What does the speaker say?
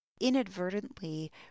inadvertently